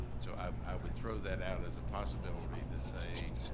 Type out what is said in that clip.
so i would throw that out as a possibility that say,